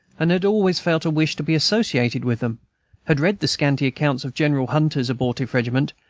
and had always felt a wish to be associated with them had read the scanty accounts of general hunter's abortive regiment,